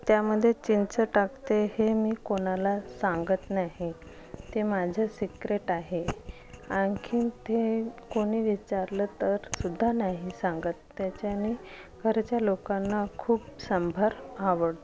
त्यामध्ये चिंच टाकते हे मी कोणाला सांगत नाही ते माझे सीक्रेट आहे आणखीन ते कोणी विचारलं तरसुद्धा नाही सांगत त्याच्यानी घरच्या लोकांना खूप सांभर आवडतो